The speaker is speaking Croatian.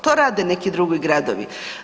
To rade neki drugi gradovi.